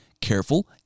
careful